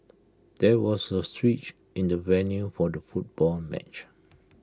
there was A switch in the venue for the football match